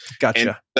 Gotcha